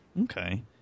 Okay